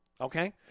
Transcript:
okay